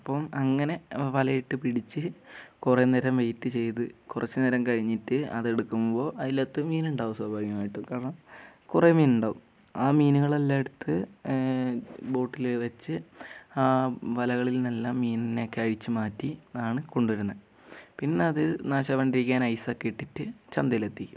അപ്പം അങ്ങനെ വലയിട്ട് പിടിച്ച് കുറേ നേരം വെയിറ്റ് ചെയ്ത് കുറച്ച് നേരം കഴിഞ്ഞിട്ട് അതെടുക്കുമ്പോൾ അതിൻ്റകത്ത് മീനുണ്ടാവും സ്വാഭാവികമായിട്ടും കാരണം കുറേ മീനുണ്ടാവും ആ മീനുകളെല്ലാം എടുത്ത് ബോട്ടിൽ വെച്ച് ആ വലകളിൽനിന്നെല്ലാം മീനിനെ ഒക്കെ അഴിച്ച് മാറ്റി ആണ് കൊണ്ടുവരുന്നത് പിന്നെ അത് നാശാവാണ്ടിരിക്കാൻ ഐസൊക്കെ ഇട്ടിട്ട് ചന്തയിലെത്തിക്കും